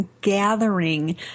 gathering